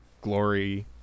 glory